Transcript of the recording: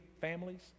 families